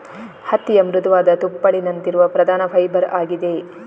ಹತ್ತಿಯ ಮೃದುವಾದ ತುಪ್ಪಳಿನಂತಿರುವ ಪ್ರಧಾನ ಫೈಬರ್ ಆಗಿದೆ